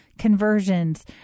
Conversions